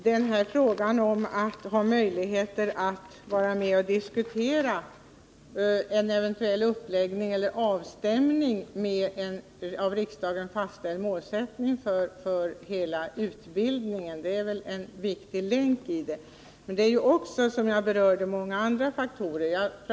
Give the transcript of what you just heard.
Herr talman! Att få möjligheter att vara med och diskutera en eventuell uppläggning eller avstämning med en av riksdagen fastställd målsättning för hela utbildningen är väl en viktig länk i det hela. Men, som jag tidigare sade, många andra faktorer hör också till bilden.